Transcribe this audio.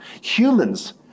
Humans